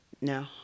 No